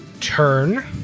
turn